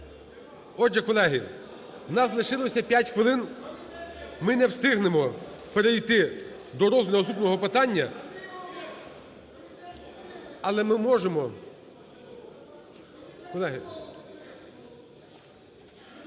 Отже, колеги, у нас лишилося п'ять хвилин ми не встигнемо перейти до розгляду наступного питання, але ми можемо…